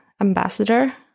ambassador